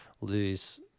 lose